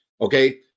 Okay